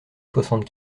soixante